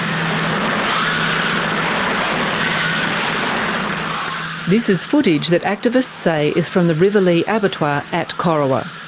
um this is footage that activists say is from the rivalea abattoir at corowa.